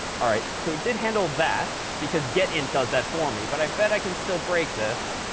all right. so we did handle that. because getint does that for me. but i bet i can still break this.